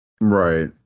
Right